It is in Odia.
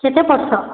କେତେ ପଢ଼୍ସ